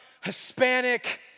Hispanic